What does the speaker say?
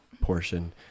portion